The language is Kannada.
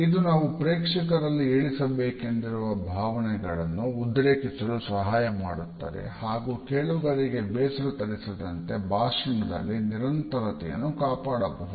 ಇದು ನಾವು ಪ್ರೇಕ್ಷಕರಲ್ಲಿ ಏಳಿಸಬೇಕೆಂದಿರುವ ಭಾವನೆಗಳನ್ನು ಉದ್ರೇಕಿಸಲು ಸಹಾಯ ಮಾಡುತ್ತದೆ ಹಾಗು ಕೇಳುಗರಿಗೆ ಬೇಸರ ತರಿಸದಂತೆ ಭಾಷಣದಲ್ಲಿ ನಿರಂತರತೆಯನ್ನು ಕಾಪಾಡಬಹುದು